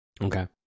okay